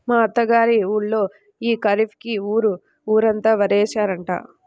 మా అత్త గారి ఊళ్ళో యీ ఖరీఫ్ కి ఊరు ఊరంతా వరే యేశారంట